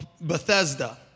Bethesda